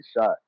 shot